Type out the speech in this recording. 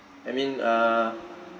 I mean uh